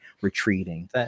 retreating